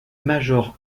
major